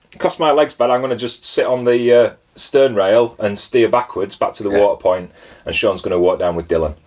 because my leg's bad, i'm gonna just sit on the yeah stern rail and steer backwards back to the water point and shaun's gonna walk down with dillon.